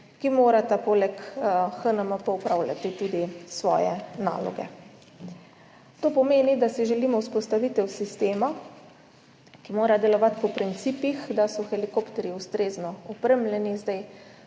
ki morajo poleg HNMP opravljati tudi svoje naloge. To pomeni, da si želimo vzpostavitev sistema, ki mora delovati po principih, da so helikopterji ustrezno opremljeni. Kaj